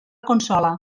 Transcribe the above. consola